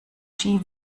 ski